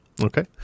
okay